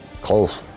Close